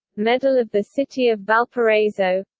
medal of the city of valparaiso